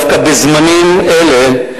דווקא בזמנים אלה,